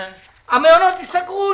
המעונות ייסגרו,